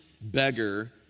beggar